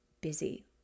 busy